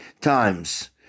times